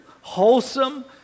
wholesome